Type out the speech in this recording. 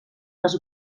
les